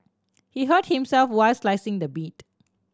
he hurt himself while slicing the meat